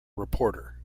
reporter